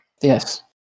Yes